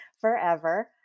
forever